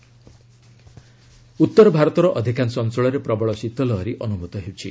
cold wave ଉତ୍ତର ଭାରତର ଅଧିକାଂଶ ଅଞ୍ଚଳରେ ପ୍ରବଳ ଶୀତ ଲହରୀ ଅନୁଭ୍ରତ ହେଉଛି